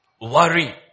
worry